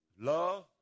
love